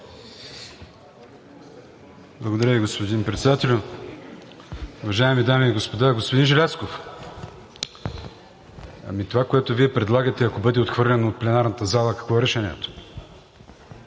Благодаря Ви, господин Председател. Уважаеми дами и господа! Господин Желязков, това което Вие предлагате, ако бъде отхвърлено от пленарната зала, какво е решението?